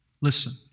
Listen